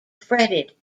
fretted